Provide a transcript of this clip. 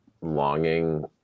longing